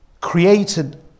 Created